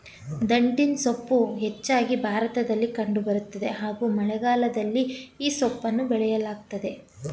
ದಂಟಿನಸೊಪ್ಪು ಹೆಚ್ಚಾಗಿ ಭಾರತದಲ್ಲಿ ಕಂಡು ಬರ್ತದೆ ಹಾಗೂ ಮಳೆಗಾಲದಲ್ಲಿ ಈ ಸೊಪ್ಪನ್ನ ಬೆಳೆಯಲಾಗ್ತದೆ